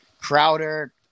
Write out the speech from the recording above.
Crowder